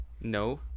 No